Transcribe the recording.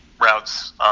routes